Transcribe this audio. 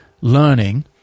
learning